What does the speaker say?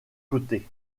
côtés